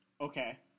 Okay